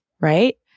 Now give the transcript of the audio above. right